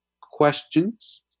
questions